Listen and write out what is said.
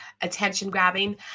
attention-grabbing